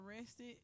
arrested